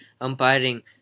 umpiring